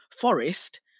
forest